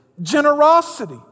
generosity